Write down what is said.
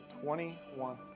Twenty-one